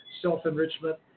self-enrichment